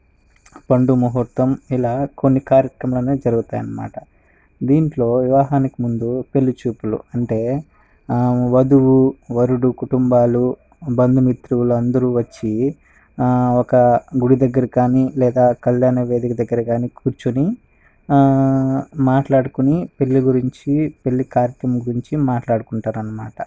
పండు ముహూర్తం ఇలా కొన్ని కార్యక్రమాలు అనేవి జరుగుతాయి అన్నమాట దీంట్లో వివాహానికి ముందు పెళ్ళి చూపులు అంటే వధువు వరుడు కుటుంబాలు బంధుమిత్రులు అందరూ వచ్చి ఒక గుడి దగ్గర కానీ లేదా కళ్యాణ వేదిక దగ్గర కానీ కూర్చుని మాట్లాడుకుని పెళ్ళి గురించి పెళ్ళి కార్యక్రమం గురించి మాట్లాడుకుంటారు అన్నమాట